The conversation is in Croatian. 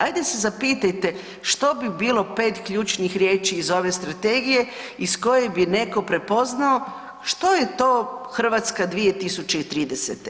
Ajde se zapitajte što bi bilo 5 ključnih riječi iz ove strategije iz koje bi neko prepoznao što je to Hrvatska 2030.